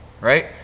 right